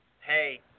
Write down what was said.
hey